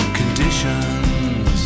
conditions